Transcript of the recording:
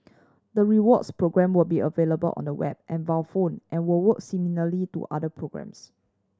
the rewards program will be available on the web and via phone and will work similarly to other programs